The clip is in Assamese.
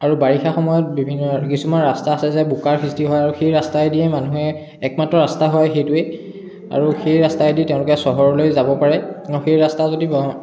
আৰু বাৰিষা সময়ত বিভিন্ন কিছুমান ৰাস্তা আছে যে বোকাৰ সৃষ্টি হয় আৰু সেই ৰাস্তাই দিয়ে মানুহে একমাত্ৰ ৰাস্তা হয় সেইটোৱে আৰু সেই ৰাস্তাইদি তেওঁলোকে চহৰলৈ যাব পাৰে আৰু সেই ৰাস্তা যদি